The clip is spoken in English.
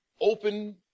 open